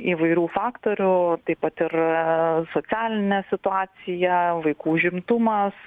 įvairių faktorių taip pat ir socialinė situacija vaikų užimtumas